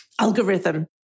algorithm